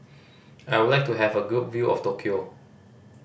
I would like to have a good view of Tokyo